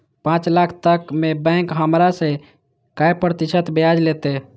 पाँच लाख तक में बैंक हमरा से काय प्रतिशत ब्याज लेते?